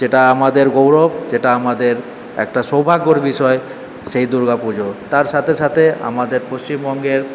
যেটা আমাদের গৌরব যেটা আমাদের একটা সৌভাগ্যর বিষয় সেই দুর্গাপুজো তার সাথে সাথে আমাদের পশ্চিমবঙ্গের